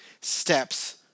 steps